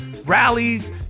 rallies